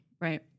right